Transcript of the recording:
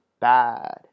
bad